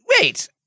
wait